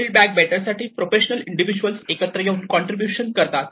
build back better साठी professional individual एकत्र येऊन कॉन्ट्रीब्युशन करतात